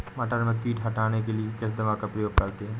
मटर में कीट हटाने के लिए किस दवा का प्रयोग करते हैं?